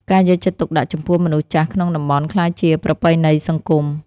ការយកចិត្តទុកដាក់ចំពោះមនុស្សចាស់ក្នុងតំបន់ក្លាយជាប្រពៃណីសង្គម។